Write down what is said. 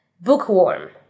Bookworm